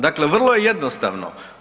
Dakle vrlo je jednostavno.